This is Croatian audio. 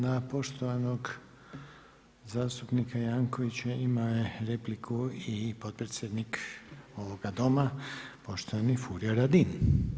Na poštovanog zastupnika Jankovića ima repliku i potpredsjednik ovoga doma, poštovani Furio Radin.